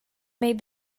made